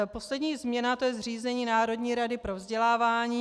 Poslední změna, tj. zřízení Národní rady pro vzdělávání.